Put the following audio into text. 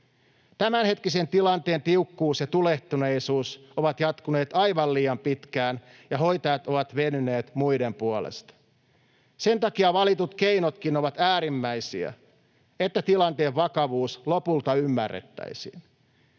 Tämänhetkisen tilanteen tiukkuus ja tulehtuneisuus ovat jatkuneet aivan liian pitkään, ja hoitajat ovat venyneet muiden puolesta. Sen takia valitut keinotkin ovat äärimmäisiä, että tilanteen vakavuus lopulta ymmärrettäisiin.